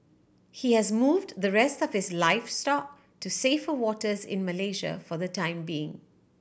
he has moved the rest of his livestock to safer waters in Malaysia for the time being